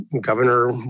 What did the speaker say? governor